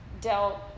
dealt